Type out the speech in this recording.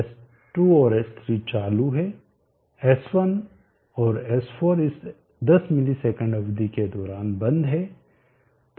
S2 और S3 चालू है S1 और S4 इस 10 ms अवधि के दौरान बंद हैं